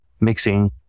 mixing